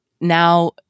now